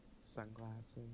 sunglasses